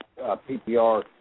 PPR